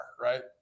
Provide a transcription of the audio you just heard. right